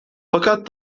fakat